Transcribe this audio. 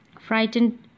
Frightened